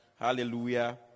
Hallelujah